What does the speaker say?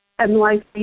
NYC